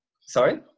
Sorry